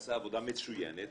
שעשה עבודה מצוינת